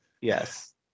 yes